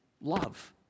love